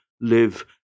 live